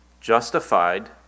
justified